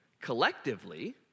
collectively